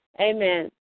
Amen